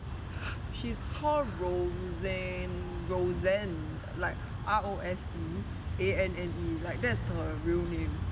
she's called roseanne like R O S A N N E like that's her real name